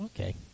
Okay